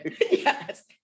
yes